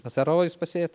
vasarojus pasėt